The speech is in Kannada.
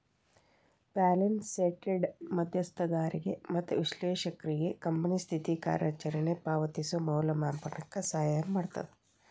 ಬ್ಯಾಲೆನ್ಸ್ ಶೇಟ್ದ್ ಮಧ್ಯಸ್ಥಗಾರಿಗೆ ಮತ್ತ ವಿಶ್ಲೇಷಕ್ರಿಗೆ ಕಂಪನಿ ಸ್ಥಿತಿ ಕಾರ್ಯಚರಣೆ ಪಾವತಿಸೋ ಮೌಲ್ಯಮಾಪನಕ್ಕ ಸಹಾಯ ಮಾಡ್ತದ